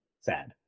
sad